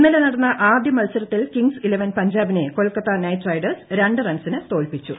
ഇന്നലെ നടന്ന ആദ്യ മത്സരത്തിൽ കിങ്സ് ഇലവൻ പഞ്ചാബിനെ കൊൽക്കതത്ത നൈറ്റ് റൈഡേഴ്സ് രണ്ട് റൺസിന് തോൽപിച്ചു